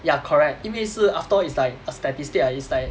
ya correct 因为是 after all it's like a statistic ah it's like